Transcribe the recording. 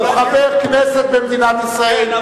הוא חבר כנסת במדינת ישראל.